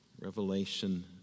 Revelation